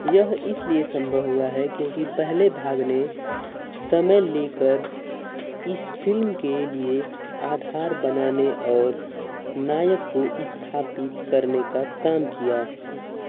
यह इसलिए सम्भव हुआ है क्योंकि पहले भाग ने समय लेकर इस फ़िल्म के लिए आधार बनाने और नायक को स्थापित करने का काम किया